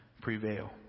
prevail